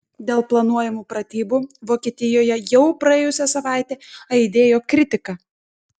dėl planuojamų pratybų vokietijoje jau praėjusią savaitę aidėjo kritika